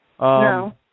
No